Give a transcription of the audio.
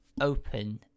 open